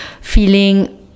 Feeling